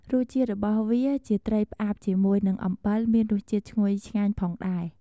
រសជាតិរបស់វាជាត្រីផ្អាប់ជាមួយនឹងអំបិលមានរសជាតិឈ្ងុយឆ្ងាញ់ផងដែរ។